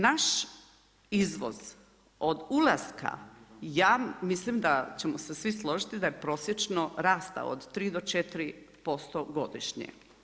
Naš izvoz od ulaska, ja mislim da ćemo svi složiti da je prosječno rastao od 3 do 4% godišnje.